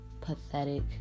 pathetic